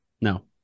No